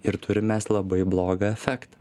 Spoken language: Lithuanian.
ir turim mes labai blogą efektą